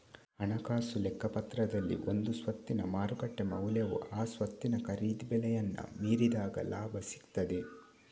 ಹಣಕಾಸು ಲೆಕ್ಕಪತ್ರದಲ್ಲಿ ಒಂದು ಸ್ವತ್ತಿನ ಮಾರುಕಟ್ಟೆ ಮೌಲ್ಯವು ಆ ಸ್ವತ್ತಿನ ಖರೀದಿ ಬೆಲೆಯನ್ನ ಮೀರಿದಾಗ ಲಾಭ ಸಿಗ್ತದೆ